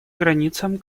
границам